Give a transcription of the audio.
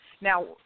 Now